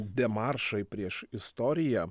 demaršai prieš istoriją